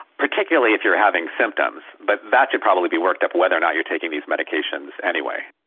particularly if you are having symptoms, but that should probably be worked up whether or not you are taking these medications anyway.